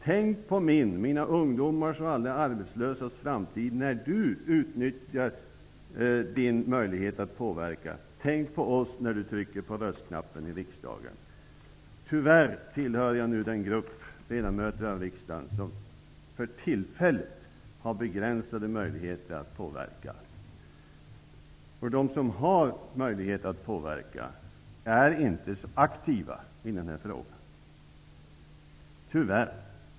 Tänk på min, mina ungdomars och alla arbetslösas framtid när Du utnyttjar Din möjlighet att påverka. Tänk på oss när Du trycker på röstknappen i Riksdagen!'' Tyvärr tillhör jag den grupp ledamöter här i riksdagen som för tillfället har begränsade möjligheter att påverka. De som har möjlighet att påverka är tyvärr inte aktiva i denna fråga.